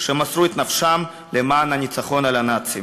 שמסרו את נפשם למען הניצחון על הנאצים.